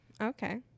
okay